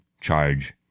charge